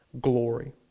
glory